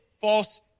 false